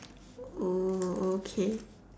oh okay